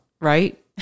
right